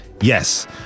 Yes